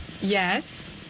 Yes